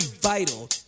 vital